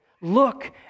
Look